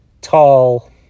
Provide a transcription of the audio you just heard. Tall